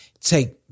take